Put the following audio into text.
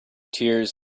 tears